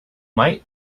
might